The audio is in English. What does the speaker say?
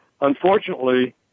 Unfortunately